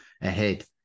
ahead